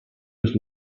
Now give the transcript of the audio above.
was